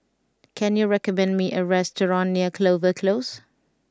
can you recommend me a restaurant near Clover Close